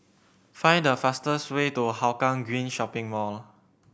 find the fastest way to Hougang Green Shopping Mall